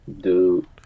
Dude